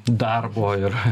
darbo ir